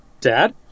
Dad